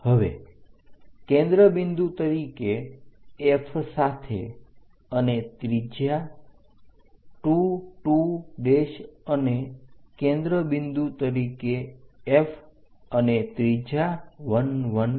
હવે કેન્દ્ર બિંદુ તરીકે F સાથે અને ત્રિજ્યા 2 2 અને કેન્દ્ર બિંદુ તરીકે F અને ત્રિજ્યા 1 1